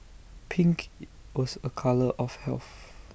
pink IT was A colour of health